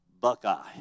buckeye